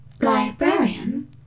Librarian